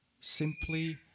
simply